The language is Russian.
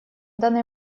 данный